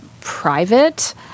private